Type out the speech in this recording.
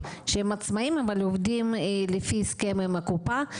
עובדים לפי הסכם עם הקופה.